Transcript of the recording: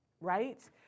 right